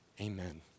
Amen